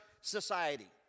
society